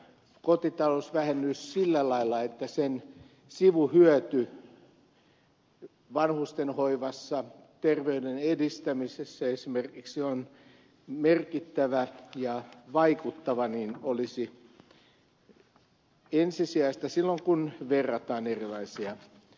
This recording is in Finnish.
kotitalousvähennys sillä lailla että sen sivuhyöty esimerkiksi vanhustenhoivassa ja ter veyden edistämisessä on merkittävä ja vaikuttava olisi ensisijainen silloin kun verrataan erilaisia kotitalousvähennyskohteita